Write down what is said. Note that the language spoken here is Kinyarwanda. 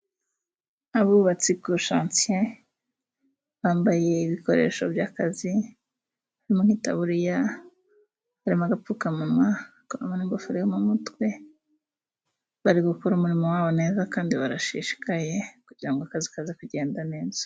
Abubatsi kushansiye bambaye ibikoresho by'akazi n'itaburiyama, agapfukamunwa, n' ingofero yo mumutwe, bari gukora umurimo wabo neza kandi barashishikaye kugirango akazi kaze kugenda neza.